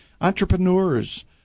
entrepreneurs